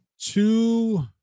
two